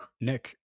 Nick